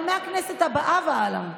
אבל מהכנסת הבאה והלאה,